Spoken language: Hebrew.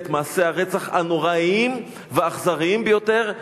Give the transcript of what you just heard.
את מעשי הרצח הנוראיים והאכזריים ביותר,